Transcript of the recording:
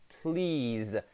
please